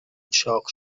چاق